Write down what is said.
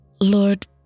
Lord